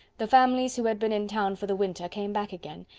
the families who had been in town for the winter came back again,